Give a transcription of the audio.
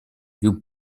più